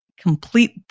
complete